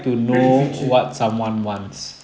predict future